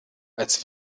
als